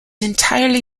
entirely